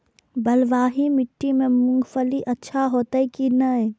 बलवाही माटी में मूंगफली अच्छा होते की ने?